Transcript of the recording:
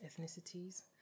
ethnicities